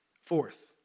Fourth